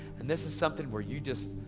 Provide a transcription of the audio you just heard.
and this is something where you just,